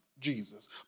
Jesus